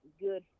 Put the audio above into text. good